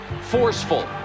forceful